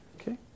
Okay